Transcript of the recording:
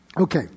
Okay